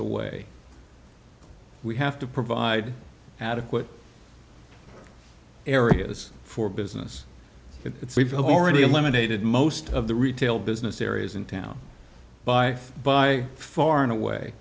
away we have to provide adequate areas for business it's we've already eliminated most of the retail business areas in town by by far and away